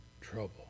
trouble